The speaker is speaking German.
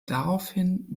daraufhin